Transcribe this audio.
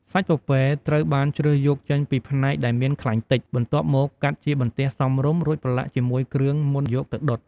សាច់ពពែត្រូវបានជ្រើសយកចេញពីផ្នែកដែលមានខ្លាញ់តិច បន្ទាប់មកកាត់ជាបន្ទះសមរម្យ រួចប្រឡាក់ជាមួយគ្រឿងមុនយកទៅដុត។